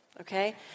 okay